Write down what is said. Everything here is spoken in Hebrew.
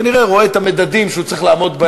כנראה רואה את המדדים שהוא צריך לעמוד בהם.